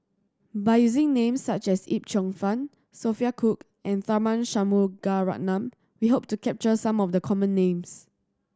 by using names such as Yip Cheong Fun Sophia Cooke and Tharman Shanmugaratnam we hope to capture some of the common names